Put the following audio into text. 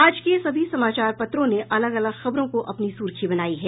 आज के सभी समाचार पत्रों ने अलग अलग खबरों को अपनी सुर्खी बनायी है